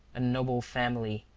a noble family,